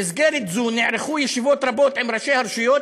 במסגרת זו נערכו ישיבות רבות עם ראשי הרשויות,